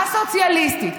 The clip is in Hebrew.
הסוציאליסטית,